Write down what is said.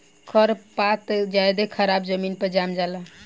खर पात ज्यादे खराबे जमीन पर जाम जला